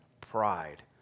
pride